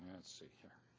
let's see here.